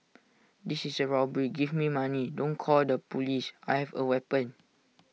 this is A robbery give me money don't call the Police I have A weapon